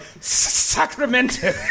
Sacramento